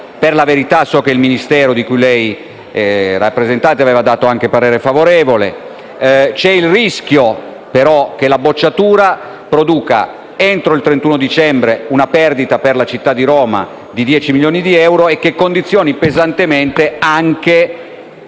Per la verità, so che il Ministero di cui lei è rappresentante aveva dato parere favorevole. Si corre il rischio, però, che la bocciatura produca entro il 31 dicembre una perdita per la città di Roma di 10 milioni di euro e condizioni pesantemente anche